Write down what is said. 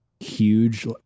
huge